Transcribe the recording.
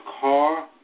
car